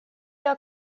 are